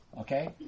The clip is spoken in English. Okay